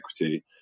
equity